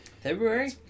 february